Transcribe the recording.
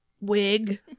wig